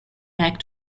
back